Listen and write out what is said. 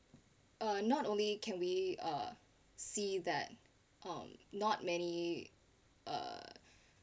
not only can we see uh um that I'm not many uh